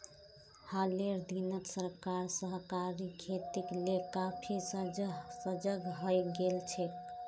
हालेर दिनत सरकार सहकारी खेतीक ले काफी सजग हइ गेल छेक